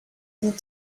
and